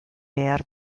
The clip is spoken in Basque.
behar